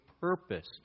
purpose